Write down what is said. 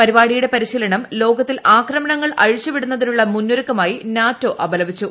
പരിപാടിയുടെ പരിശീലനം ലോകത്തിൽ ആക്രമണങ്ങൾ അഴിച്ചുവിടുന്നതിനുള്ള മുന്നൊരുക്കമായി നാറ്റോ അപലപിച്ചു